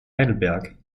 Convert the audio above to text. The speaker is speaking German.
heidelberg